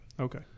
Okay